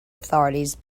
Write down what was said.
authorities